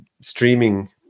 streaming